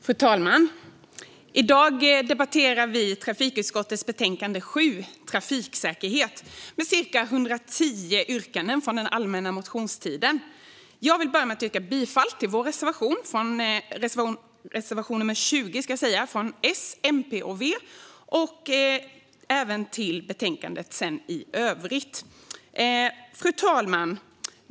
Fru talman! I dag debatterar vi trafikutskottets betänkande 7, Trafiksäkerhet , med ca 110 yrkanden från den allmänna motionstiden. Jag vill börja med att yrka bifall till vår reservation nr 20 från S, MP och V och i övrigt bifall till förslaget i betänkandet. Fru talman!